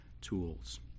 tools